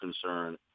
concern